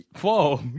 Whoa